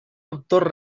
autor